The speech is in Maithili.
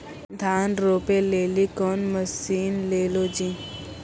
धान रोपे लिली कौन मसीन ले लो जी?